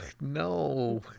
no